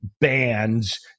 bands